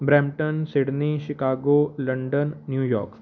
Brampton Sydney Chicago London New York